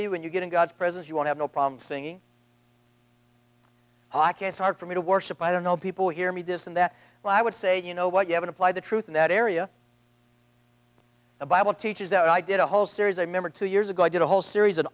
you when you get in god's presence you want have no problem saying i can't start for me to worship i don't know people hear me this and that i would say you know what you haven't applied the truth in that area the bible teaches that i did a whole series i remember two years ago i did a whole series of